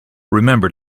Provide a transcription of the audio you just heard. remember